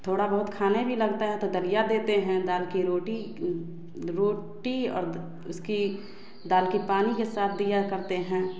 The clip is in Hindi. थोड़ा बहुत खाने भी लगता है तो दलिया देते हैं दाल की रोटी रोटी और उसकी दाल के पानी के साथ दिया करते हैं